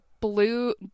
blue